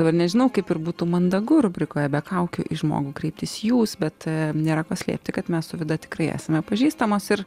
dabar nežinau kaip ir būtų mandagu rubrikoje be kaukių į žmogų kreiptis jūs bet nėra ko slėpti kad mes su vida tikrai esame pažįstamos ir